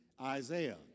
Isaiah